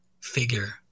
figure